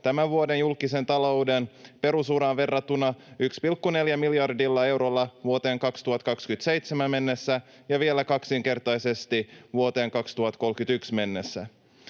tämän vuoden julkisen talouden perusuraan verrattuna 1,4 miljardilla eurolla vuoteen 2027 mennessä ja vielä kaksinkertaisesti vuoteen 2031 mennessä.